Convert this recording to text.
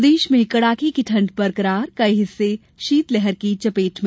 प्रदेश में कड़ाके की ठंड बरकरार कई हिस्से शीतलहर की चपेट में